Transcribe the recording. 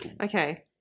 Okay